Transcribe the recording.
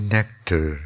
Nectar